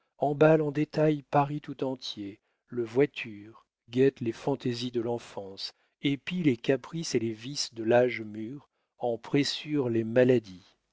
emballe en détail paris tout entier le voiture guette les fantaisies de l'enfance épie les caprices et les vices de l'âge mûr en pressure les maladies